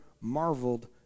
marveled